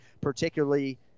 particularly